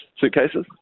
suitcases